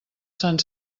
sant